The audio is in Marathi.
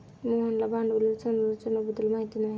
मोहनला भांडवली संरचना बद्दल माहिती नाही